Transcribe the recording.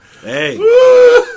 Hey